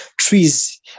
trees